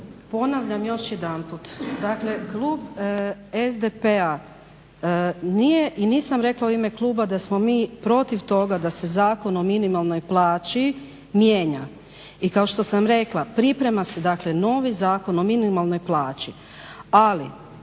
Ponavljam još jedanput, dakle klub SDP-a nije i nisam rekla u ime kluba da smo mi protiv toga da se Zakon o minimalnoj plaći mijenja. I kao što sam rekla priprema se, dakle novi Zakon o minimalnoj plaći, ali